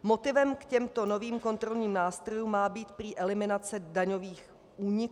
Motivem k těmto novým kontrolním nástrojům má být prý eliminace daňových úniků.